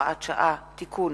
הוראת שעה) (תיקון),